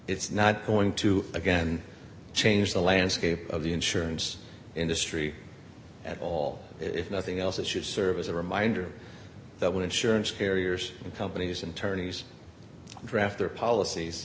it's not going to again change the landscape of the insurance industry at all if nothing else it should serve as a reminder that when insurance carriers and companies and turnings draft their policies